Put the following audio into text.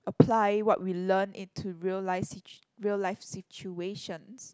apply what we learn into real life situ~ real life situations